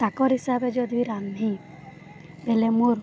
ତାଙ୍କର ହିସାବରେ ଯଦି ରାନ୍ଧିଦେଲେ ମୋର